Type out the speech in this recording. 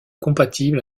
compatible